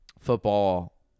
Football